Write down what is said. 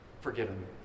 forgiven